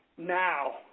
now